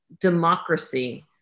democracy